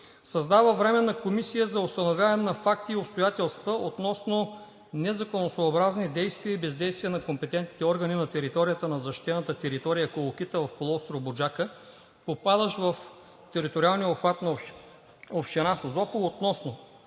Създава Временна комисия за установяване на факти и обстоятелства относно незаконосъобразни действия и бездействия на компетентните органи на територията на защитената територия „Колокита“ в полуостров „Буджака“, попадащ в териториалния обхват на община Созопол относно: